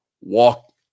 walk